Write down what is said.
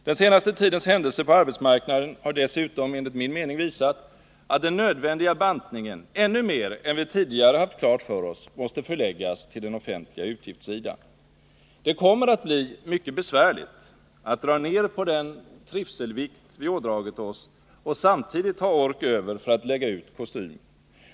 Den senaste tidens händelser på arbetsmarknaden har dessutom enligt min mening visat, att den nödvändiga bantningen ännu mer än vi tidigare haft klart för oss måste förläggas till den offentliga utgiftssidan. Det kommer att bli mycket besvärligt att dra ned på den ”trivselvikt” vi ådragit oss och samtidigt ha ork över för att lägga ut kostymen.